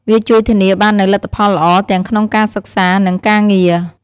វាជួយធានាបាននូវលទ្ធផលល្អទាំងក្នុងការសិក្សា និងការងារ។